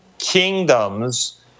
kingdoms